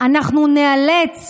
אנחנו ניאלץ